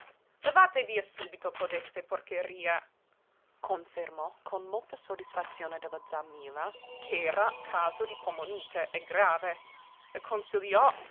levate via subito codeste porcherie confermò con molta soddisfazione della z'a milla ch'era caso di polmonite e grave e consigliò